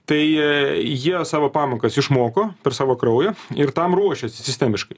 tai jie jie savo pamokas išmoko per savo kraują ir tam ruošėsi sistemiškai